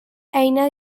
eina